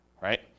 right